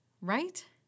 right